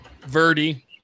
Verdi